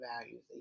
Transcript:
values